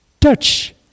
touch